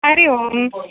हरिः ओम्